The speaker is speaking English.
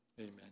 Amen